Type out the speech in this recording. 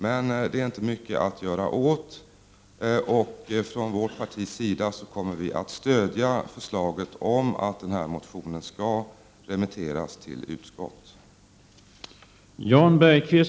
Men det kan vi inte göra mycket åt. Från vårt partis sida kommer vi att stödja förslaget om att motionen skall remitteras till utskottet.